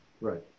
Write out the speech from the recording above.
Right